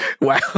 Wow